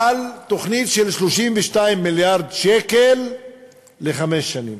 על תוכנית של 32 מיליארד שקל לחמש שנים,